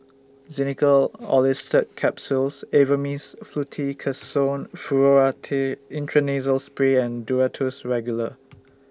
Xenical Orlistat Capsules Avamys Fluticasone Furoate Intranasal Spray and Duro Tuss Regular